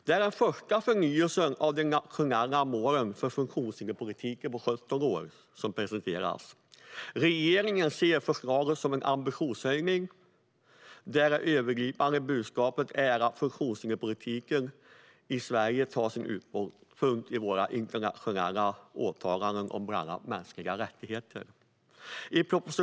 Det är den första förnyelsen av de nationella målen för funktionshinderspolitiken på 17 år som presenteras. Regeringen ser förslagen som en ambitionshöjning där det övergripande budskapet är att funktionshinderspolitiken i Sverige tar sin utgångspunkt i våra internationella åtaganden om bland annat mänskliga rättigheter.